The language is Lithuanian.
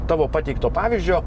tavo pateikto pavyzdžio